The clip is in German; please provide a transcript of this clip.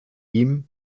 ihm